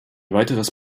weiteres